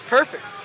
Perfect